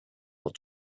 will